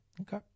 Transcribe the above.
Okay